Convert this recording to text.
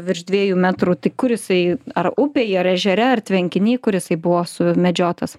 virš dviejų metrų tai kur jisai ar upėje ar ežere ar tvenkiny kur jisai buvo sumedžiotas